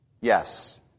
Yes